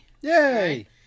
Yay